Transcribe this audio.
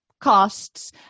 costs